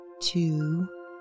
two